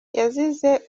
yazize